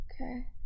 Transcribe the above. okay